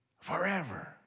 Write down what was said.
forever